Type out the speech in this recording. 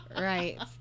Right